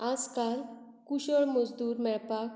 आजकाल कुशळ मजदूर मेळपाक